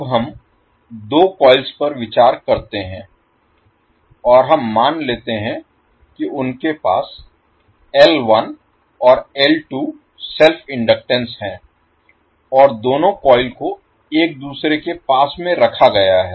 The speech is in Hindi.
अब हम दो कॉइल्स पर विचार करते हैं और हम मान लेते हैं कि उनके पास और सेल्फ इनडक्टेंस हैं और दोनों कॉइल को एक दूसरे के पास में रखा गया है